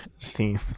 theme